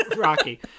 Rocky